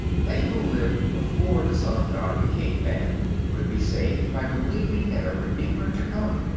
they who lived before the son of god became man could be saved by believing in a redeemer to come,